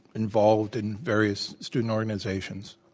involved in various student organizations,